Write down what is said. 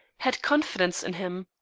had confidence in him.